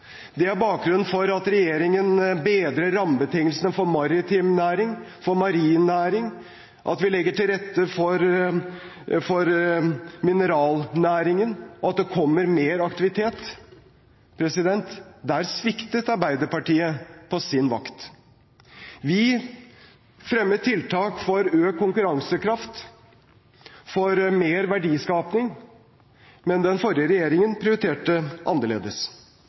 Det er bakgrunnen for at regjeringen bedrer rammebetingelsene for maritim næring, for marin næring, at vi legger til rette for mineralnæringen, og at det kommer mer aktivitet. Der sviktet Arbeiderpartiet på sin vakt. Vi fremmer tiltak for økt konkurransekraft, for mer verdiskaping, men den forrige regjeringen prioriterte annerledes.